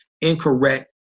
incorrect